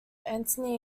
antony